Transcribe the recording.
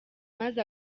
maze